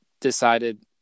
decided